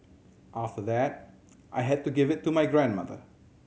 after that I had to give it to my grandmother